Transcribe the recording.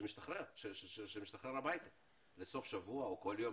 שמשתחרר הביתה לסוף שבוע או כל יום,